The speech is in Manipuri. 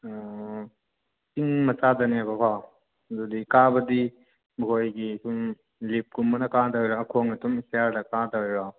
ꯑꯣ ꯆꯤꯡ ꯃꯆꯥꯗꯅꯦꯕꯒꯣ ꯑꯗꯨꯗꯤ ꯀꯥꯕꯗꯤ ꯑꯩꯈꯣꯏꯒꯤ ꯁꯨꯝ ꯂꯤꯞꯀꯨꯝꯕꯅ ꯀꯥꯗꯣꯏꯔ ꯈꯣꯡꯅ ꯑꯗꯨꯝ ꯁ꯭ꯇ꯭ꯌꯔꯗ ꯀꯥꯗꯣꯏꯔꯣ